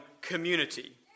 community